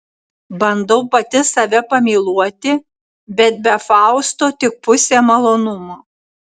bandau pati save pamyluoti bet be fausto tik pusė malonumo